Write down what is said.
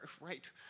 right